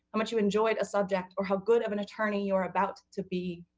how much you enjoy a subject, or how good of an attorney you're about to be.